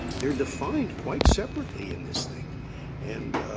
they're defined quite separately in this thing and